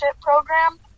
program